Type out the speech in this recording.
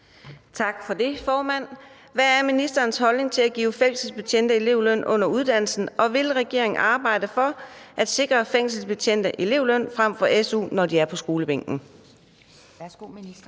Karina Adsbøl (DF): Hvad er ministerens holdning til at give fængselsbetjente elevløn under uddannelsen, og vil regeringen arbejde for at sikre fængselsbetjente elevløn frem for SU, når de er på skolebænken? Skriftlig